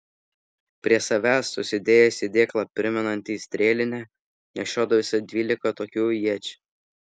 prie savęs susidėjęs į dėklą primenantį strėlinę nešiodavosi dvylika tokių iečių